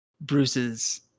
Bruce's